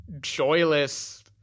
joyless